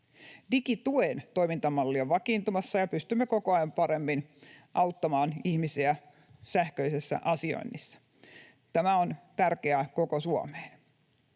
Digituen toimintamalli on vakiintumassa, ja pystymme koko ajan paremmin auttamaan ihmisiä sähköisessä asioinnissa. Tämä on tärkeää koko Suomessa.